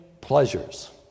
pleasures